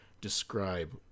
describe